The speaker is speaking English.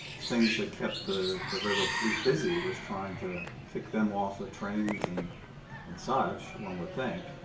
things that kept the the railroad police busy was trying to kick them off of trains and and such, one would think.